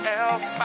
else